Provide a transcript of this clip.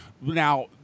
Now